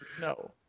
No